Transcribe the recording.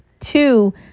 Two